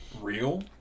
real